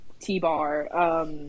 T-Bar